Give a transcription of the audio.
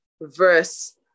verse